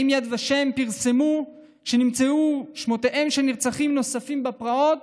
אם יד ושם פרסמו שנמצאו שמותיהם של נרצחים נוספים בפרעות,